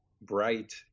Bright